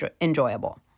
enjoyable